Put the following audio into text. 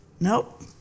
Nope